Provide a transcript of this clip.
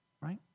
right